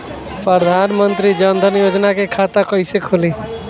प्रधान मंत्री जनधन योजना के खाता कैसे खुली?